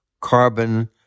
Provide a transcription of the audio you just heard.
carbon